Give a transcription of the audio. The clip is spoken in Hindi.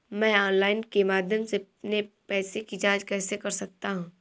मैं ऑनलाइन के माध्यम से अपने पैसे की जाँच कैसे कर सकता हूँ?